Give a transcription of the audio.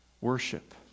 worship